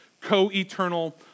co-eternal